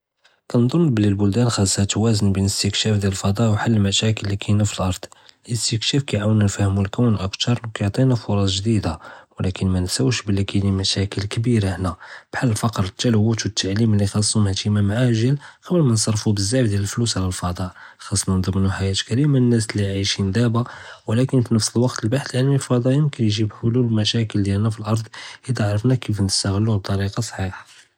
كنظן בלי אלבלדאן חאסה תוואזון בין אלאסתקסאף דיעל אלפדאא ו ח'ל אלמשاكل לי קיימה פאלארד, אלאסתקסאף כיעאונא נפמהו אלקון אכתר כיעטינה פרס ג'דידה ולקין מננסאש בלי קיימין משاكل כבירה הנה בחר אלפקר אלתלול ואלתעלים לי חאסהום אנתיהאם עאג'ל לפני מא נצרפו בזאף דיעל אלפלוס עלא אלפדאא חאסנא נדמנוא חייאה קרימה לנאס לי עאישין דבא ולקין פנפס אלוואקט אלבח'ת ען אלפדאא כייג'יב ח'לול למשاكل דיעלנה פאלארד אזא עראפנו כיפאש نستעלוה בטאריקה סחיحة.